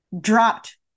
dropped